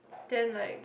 then like